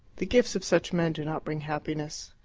the gifts of such men do not bring happiness.